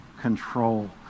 control